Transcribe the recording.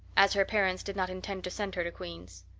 as her parents did not intend to send her to queen's.